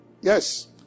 Yes